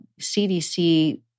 CDC